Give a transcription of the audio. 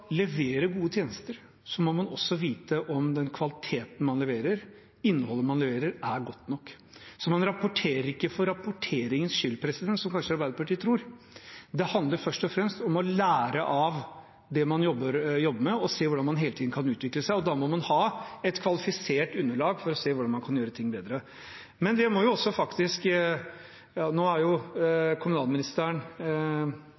om innholdet man leverer, er godt nok. Man rapporterer ikke for rapporteringens skyld, som Arbeiderpartiet kanskje tror. Det handler først og fremst om å lære av det man jobber med, og se hvordan man hele tiden kan utvikle seg, og da må man ha et kvalifisert underlag for å se hvordan man kan gjøre ting bedre. Nå har kommunalministeren gått over til departementet, men da kommunalministeren var i KS, var også den ministeren ganske enig i at det å faktisk